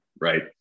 Right